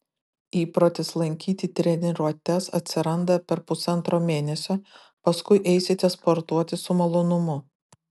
įprotis lankyti treniruotes atsiranda per pusantro mėnesio paskui eisite sportuoti su malonumu